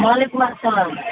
وعلیکُم اسلام